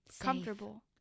comfortable